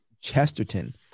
Chesterton